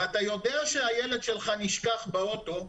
ואתה יודע שהילד שלך נשכח באוטו,